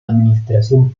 administración